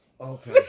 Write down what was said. Okay